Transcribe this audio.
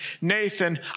Nathan